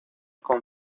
con